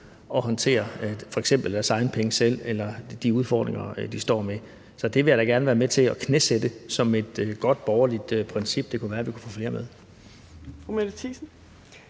at håndtere deres egne penge eller de udfordringer, de står med. Så det vil jeg da gerne være med til at knæsætte som et godt borgerligt princip; det kunne være, at vi kunne få flere med.